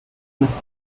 must